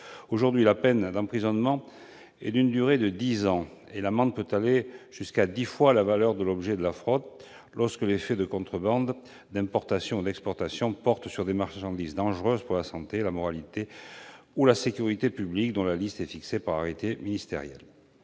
Aujourd'hui, la peine d'emprisonnement est d'une durée de dix ans et l'amende peut aller jusqu'à dix fois la valeur de l'objet de la fraude lorsque les faits de contrebande, d'importation ou d'exportation portent sur des marchandises dangereuses pour la santé, la moralité ou la sécurité publiques, dont la liste est fixée par arrêté ministériel.